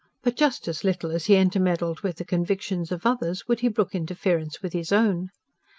but just as little as he intermeddled with the convictions of others would he brook interference with his own.